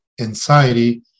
anxiety